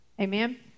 Amen